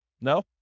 No